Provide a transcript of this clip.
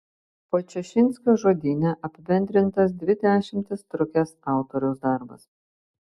podčašinskio žodyne apibendrintas dvi dešimtis trukęs autoriaus darbas